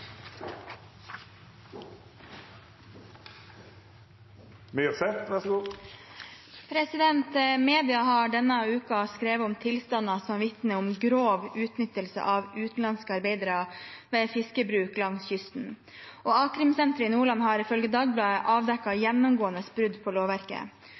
har denne uken skrevet om tilstander som vitner om grov utnyttelse av utenlandske arbeidere ved fiskebruk langs kysten. A-krimsenteret i Nordland har ifølge Dagbladet avdekket gjennomgående brudd på lovverket.